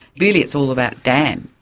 really it's all about dan.